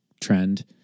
trend